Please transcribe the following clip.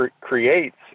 creates